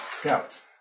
Scout